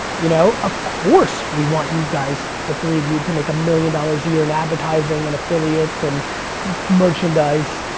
you know? of course we want you guys, the three of you, to make a million dollars a year in advertising and affiliates and merchandise.